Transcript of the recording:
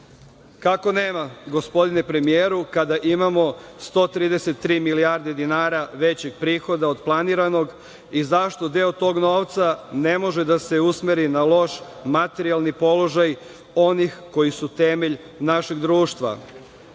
Kako nema, gospodine premijeru, kada imamo 133 milijarde dinara većih prihoda od planiranog i zašto deo tog novca ne može da se usmeri na loš materijalni položaj onih koji su temelj našeg društva?